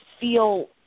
feel